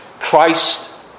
Christ